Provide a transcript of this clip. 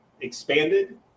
expanded